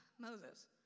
Moses